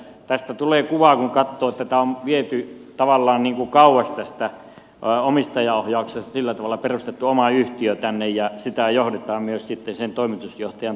elikkä tästä tulee kuva kun katsoo että tämä on viety tavallaan kauas tästä omistajaohjauksesta sillä tavalla perustettu oma yhtiö tänne ja sitä johdetaan myös sitten sen toimitusjohtajan toimesta